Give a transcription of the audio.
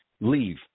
leave